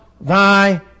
Thy